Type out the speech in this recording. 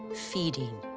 feeding,